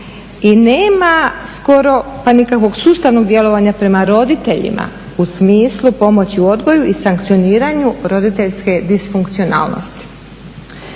i nema skoro pa nikakvog sustavnog djelovanja prema roditeljima u smislu pomoći u odgoju i sankcioniranju roditeljske disfunkcionalnosti.